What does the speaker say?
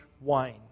wine